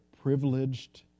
privileged